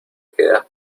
queda